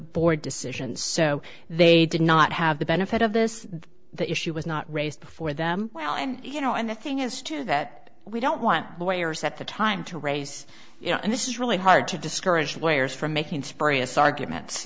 board decision so they did not have the benefit of this the issue was not raised before them well and you know and the thing is too that we don't want lawyers at the time to raise you know and this is really hard to discourage lawyers from making spurious argument